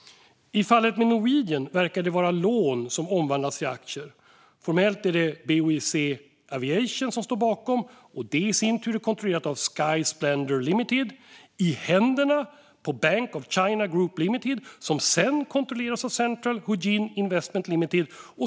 I fallet med Norwegian verkar det vara lån som omvandlats till aktier. Formellt är det BOC Aviation som står bakom, det i sin tur kontrollerat av Sky Splendor Limited. Det är i händerna på Bank of China Group Limited, som sedan kontrolleras av Central Huijin Investment Limited.